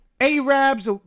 Arabs